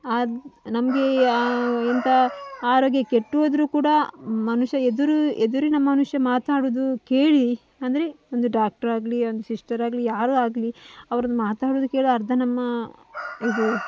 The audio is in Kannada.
ಅದು ನಮಗೆ ಆ ಎಂಥ ಆರೋಗ್ಯ ಕೆಟ್ಟು ಹೋದ್ರೂ ಕೂಡ ಮನುಷ್ಯ ಎದುರು ಎದುರಿನ ಮನುಷ್ಯ ಮಾತಾಡುವುದು ಕೇಳಿ ಅಂದರೆ ಒಂದು ಡಾಕ್ಟರಾಗಲಿ ಒಂದು ಸಿಸ್ಟರಾಗಲಿ ಯಾರು ಆಗಲಿ ಅವರು ಮಾತಾಡುವುದು ಕೇಳಿ ಅರ್ಧ ನಮ್ಮ ಇದು